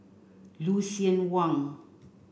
Lucien Wang